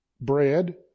bread